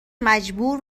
مجبور